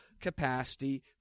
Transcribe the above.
capacity